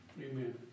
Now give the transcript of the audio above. Amen